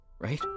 right